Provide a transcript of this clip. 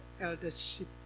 eldership